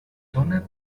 dóna